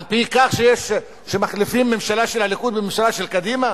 על-פי כך שמחליפים ממשלה של הליכוד בממשלה של קדימה